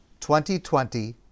2020